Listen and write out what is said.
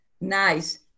Nice